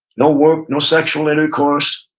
no work, no sexual intercourse.